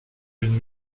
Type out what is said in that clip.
une